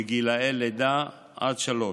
בגילי לידה עד שלוש,